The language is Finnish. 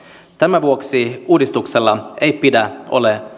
tämän vuoksi uudistuksella ei pidä